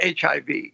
HIV